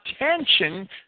attention